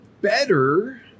better